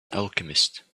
alchemist